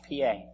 PA